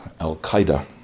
al-Qaeda